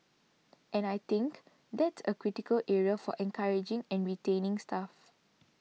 and I think that's a critical area of encouraging and retaining staff